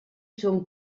son